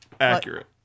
accurate